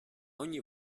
ogni